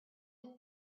have